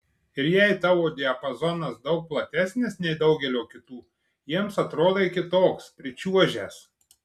ir jei tavo diapazonas daug platesnis nei daugelio kitų jiems atrodai kitoks pričiuožęs